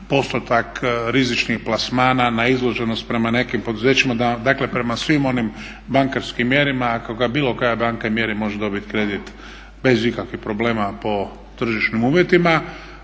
postotak rizičnih plasmana, na izloženost prema nekim poduzećima dakle prema svim onim bankarskim mjerama ako ga bilo koja banka mjeri može dobiti kredit bez ikakvih problema po tržišnim uvjetima.